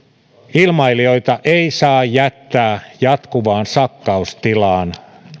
ilmailijoita ei saa jättää jatkuvaan sakkaustilaan